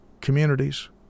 communities